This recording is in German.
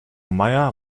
meier